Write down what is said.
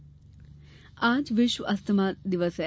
asthma दिवस आज विश्व अस्थमा दिवस है